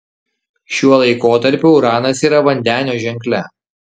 šiuo laikotarpiu uranas yra vandenio ženkle